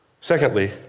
secondly